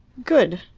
good.